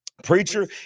Preacher